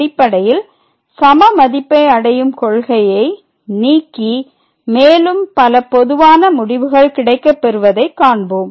அடிப்படையில் சம மதிப்பை அடையும் கொள்கையை நீக்கி மேலும் பல பொதுவான முடிவுகள் கிடைக்கப் பெறுவதை காண்போம்